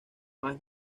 más